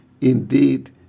indeed